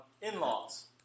in-laws